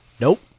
nope